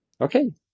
Okay